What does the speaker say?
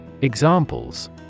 Examples